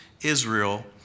Israel